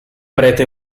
prete